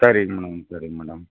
சரிங்க மேடம் சரிங்க மேடம்